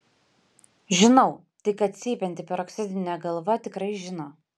žinau tik kad cypianti peroksidinė galva tikrai žino